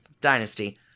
Dynasty